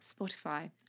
Spotify